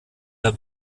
der